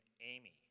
Amy